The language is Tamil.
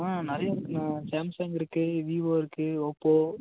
ஆ நிறையா இருக்குண்ணா சாம்சங் இருக்கு வீவோ இருக்கு ஓப்போ